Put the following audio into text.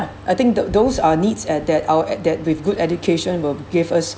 I think th~ those are needs at that our at that with good education will give us